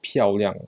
漂亮